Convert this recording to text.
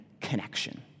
connection